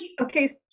Okay